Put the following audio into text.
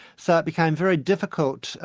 so it became very difficult,